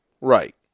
Right